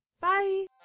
bye